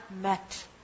met